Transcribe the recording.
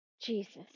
Jesus